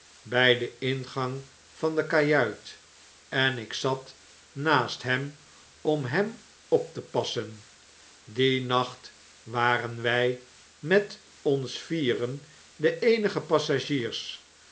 by den ingang van de kajuit en ik zat naast hem om hem op te passen dien nacht waren wg met ons vieren de eenige passagiers